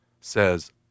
says